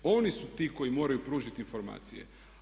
Oni su ti koji moraju pružiti informacije.